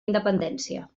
independència